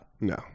No